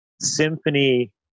symphony